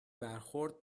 برخورد